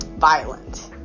violent